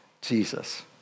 Jesus